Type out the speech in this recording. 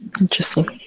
Interesting